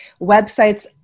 websites